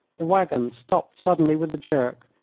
the waggon stopped suddenly with a jerk,